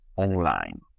Online